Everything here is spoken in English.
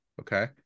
Okay